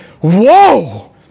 Whoa